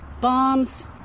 bombs